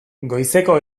goizeko